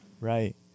Right